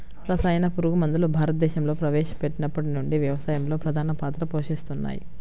రసాయన పురుగుమందులు భారతదేశంలో ప్రవేశపెట్టినప్పటి నుండి వ్యవసాయంలో ప్రధాన పాత్ర పోషిస్తున్నాయి